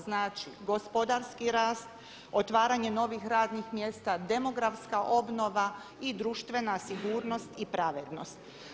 Znači, gospodarski rast, otvaranje novih radnih mjesta, demografska obnova i društvena sigurnost i pravednost.